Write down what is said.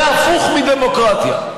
זה הפוך מדמוקרטיה.